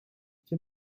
hier